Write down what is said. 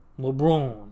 LeBron